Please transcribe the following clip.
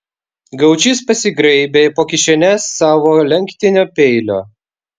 gaučys pasigraibė po kišenes savo lenktinio peilio